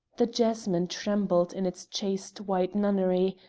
the jasmine trembled in its chaste white nunnery,